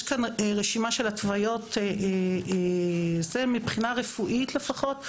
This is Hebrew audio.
יש כאן רשימה של התוויות, מבחינה רפואית לפחות.